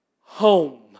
home